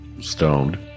stoned